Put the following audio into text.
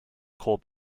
coal